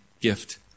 Gift